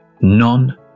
None